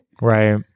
right